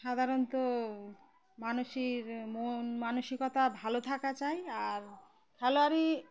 সাধারণত মানুষের মন মানসিকতা ভালো থাকা চাই আর খেলোয়াড়ি